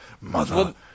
mother